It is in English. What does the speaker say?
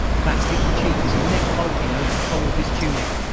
fat pink cheeks and neck bulging over the collar of his tunic.